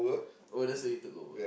oh that's where you took over